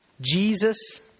Jesus